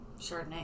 Chardonnay